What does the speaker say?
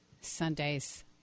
Sundays